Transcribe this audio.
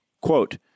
Quote